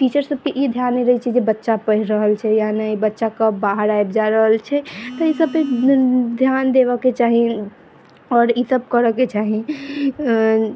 teacher सबके ई ध्यान नहि रहै छै जे बच्चा पढ़ि रहल छै या नहि बच्चा कब बाहर आबि जाइ रहल छै तऽ अइ सबपर ध्यान देबऽके चाही आओर ई सब करऽके चाही